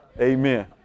Amen